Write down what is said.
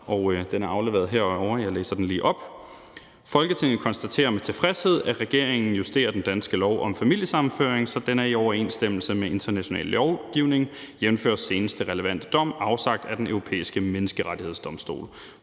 følgende: Forslag til vedtagelse »Folketinget konstaterer med tilfredshed, at regeringen justerer den danske lov om familiesammenføring, så den er i overensstemmelse med international lovgivning, jævnfør seneste relevante dom afsagt af Den Europæiske Menneskerettighedsdomstol.